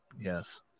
Yes